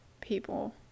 people